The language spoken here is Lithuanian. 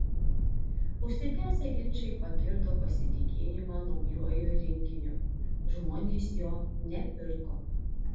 užsitęsę ginčai pakirto pasitikėjimą naujuoju rinkiniu žmonės jo nepirko